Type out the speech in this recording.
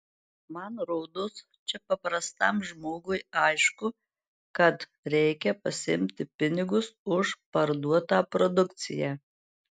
man rodos čia paprastam žmogui aišku kad reikia pasiimti pinigus už parduotą produkciją